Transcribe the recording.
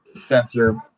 Spencer